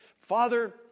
Father